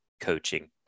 coaching